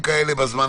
לצורך העניין,